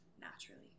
naturally